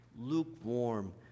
lukewarm